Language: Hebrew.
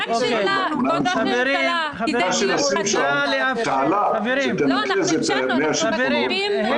תעלה שתנקז את מי השיטפונות.